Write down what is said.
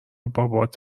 بابات